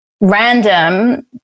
random